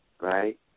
right